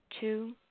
Two